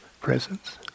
Presence